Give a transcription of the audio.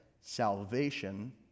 salvation